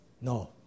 No